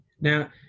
Now